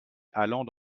allant